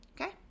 Okay